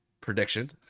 prediction